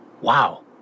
wow